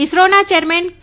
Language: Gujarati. ઇસરોના ચેરમેન કે